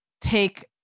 take